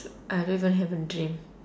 I don't even have a dream